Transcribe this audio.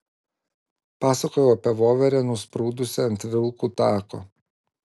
pasakojau apie voverę nusprūdusią ant vilkų tako